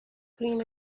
green